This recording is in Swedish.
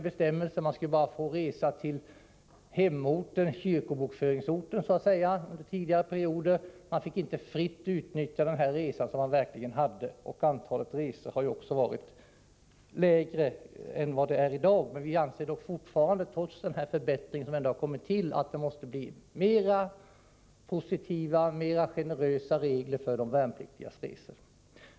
Under tidigare perioder skulle man bara få resa till hemorten, dvs. till kyrkobokföringsorten, och man fick inte fritt utnyttja den resa som man verkligen hade rätt till. Antalet resor har också varit lägre än vad det är i dag. Vi anser fortfarande, trots den förbättring som har kommit till, att det måste bli mera positiva, mera generösa regler för de värnpliktigas resor.